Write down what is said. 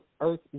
Earth